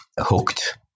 hooked